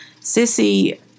Sissy